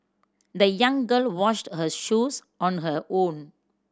the young girl washed her shoes on her own